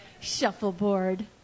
Shuffleboard